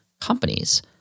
companies